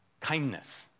kindness